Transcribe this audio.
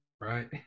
Right